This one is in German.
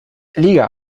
liga